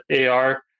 AR